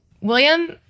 William